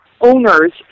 owners